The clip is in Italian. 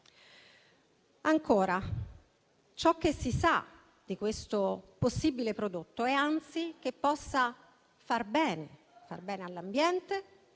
Ancora, ciò che si sa di questo possibile prodotto è, anzi, che possa far bene all'ambiente,